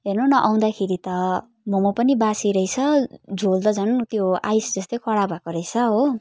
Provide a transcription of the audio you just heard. हेर्नु न आउँदाखेरि त मोमो पनि बासी रहेछ झोल त झन् त्यो आइस जस्तै कडा भएको रहेछ हो